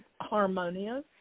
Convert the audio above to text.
harmonious